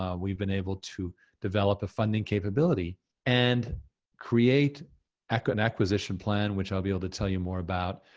um we've been able to develop a funding capability and create and an acquisition plan which i'll be able to tell you more about,